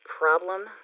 problem